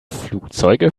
flugzeuge